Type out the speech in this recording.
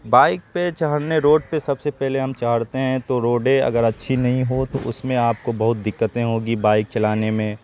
bike پہ چڑھنے road پہ سب سے پہلے ہم چڑھتے ہیں تو روڈیں اگر اچھی نہیں ہو تو اس میں آپ کو بہت دقتیں ہوگی بائک چلانے میں